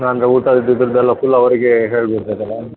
ಹಾಂ ಅಂದರೆ ಊಟ ಇದ್ರದ್ದೆಲ್ಲ ಫುಲ್ ಅವರಿಗೆ ಹೇಳ್ಬೌದು ಅದೆಲ್ಲ